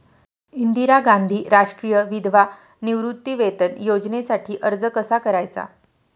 इंदिरा गांधी राष्ट्रीय विधवा निवृत्तीवेतन योजनेसाठी अर्ज कसा करायचा?